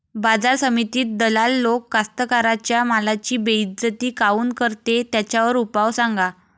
बाजार समितीत दलाल लोक कास्ताकाराच्या मालाची बेइज्जती काऊन करते? त्याच्यावर उपाव सांगा